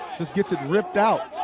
just gets ripped out.